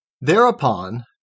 Thereupon